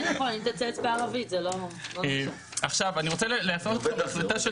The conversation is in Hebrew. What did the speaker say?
אני רוצה להפנות אתכם להחלטה,